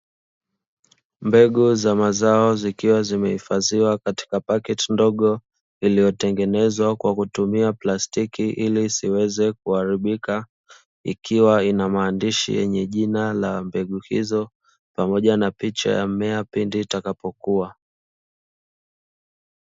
Mbegu za mazao zikiwa zimehifadhiwa katika pakiti ndogo iliyotengenezwa kwa kutumia plastiki ili isiweze kuharibika, ikiwa ina maandishi yenye jina la mbegu hizo pamoja na picha ya mmea pindi itakapokua.